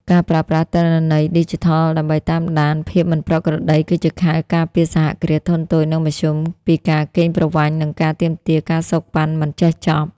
ការប្រើប្រាស់ទិន្នន័យឌីជីថលដើម្បីតាមដានភាពមិនប្រក្រតី គឺជាខែលការពារ សហគ្រាសធុនតូច និងមធ្យម ពីការកេងប្រវ័ញ្ច និងការទាមទារ ការសូកប៉ាន់ មិនចេះចប់។